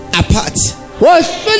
apart